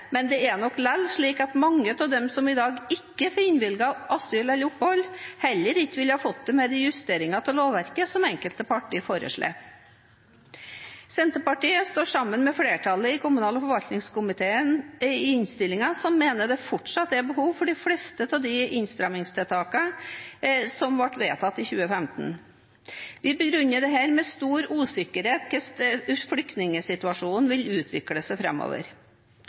men det er nok likevel slik at mange av dem som i dag ikke får innvilget asyl eller opphold, heller ikke ville fått det med de justeringene av lovverket som enkelte partier foreslår. Senterpartiet står sammen med flertallet i kommunal- og forvaltningskomiteens innstilling som mener det fortsatt er behov for de fleste av de innstrammingstiltakene i utlendingsloven som ble vedtatt i 2015. Vi begrunner dette med stor usikkerhet om hvordan flyktningsituasjonen vil utvikle seg